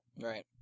Right